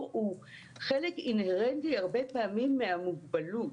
הוא חלק אינהרנטי הרבה פעמים מהמוגבלות,